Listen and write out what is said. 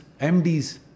MDs